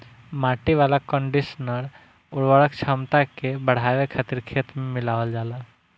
माटी वाला कंडीशनर उर्वरक क्षमता के बढ़ावे खातिर खेत में मिलावल जाला